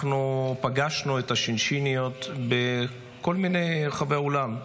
פגשנו את השינשיניות בכל רחבי העולם,